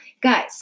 guys